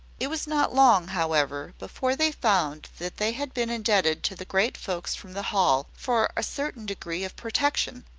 it was not long, however, before they found that they had been indebted to the great folks from the hall for a certain degree of protection,